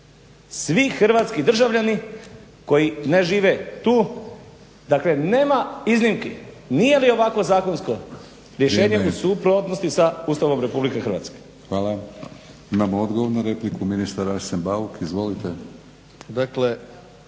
svi hrvatski državljani koji ne žive tu dakle nema iznimki. Nije li ovako zakonsko rješenje u suprotnosti sa Ustavom RH? **Batinić, Milorad (HNS)** Hvala. Imamo odgovor na repliku, ministar Arsen Bauk. Izvolite. **Bauk,